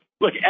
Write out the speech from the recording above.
Look